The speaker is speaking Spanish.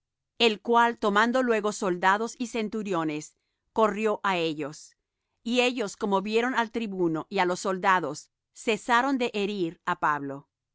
el cual tomando luego soldados y centuriones corrió á ellos y ellos como vieron al tribuno y á los soldados cesaron de herir á pablo